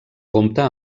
compta